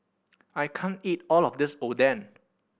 I can't eat all of this Oden